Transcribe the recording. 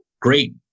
great